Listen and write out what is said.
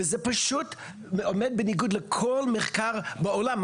וזה פשוט עומד בניגוד לכל מחקר בעולם.